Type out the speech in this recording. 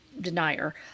denier